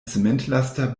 zementlaster